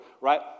right